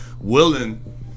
willing